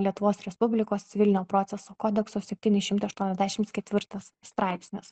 lietuvos respublikos civilinio proceso kodekso septyni šimtai aštuoniasdešims ketvirtas straipsnis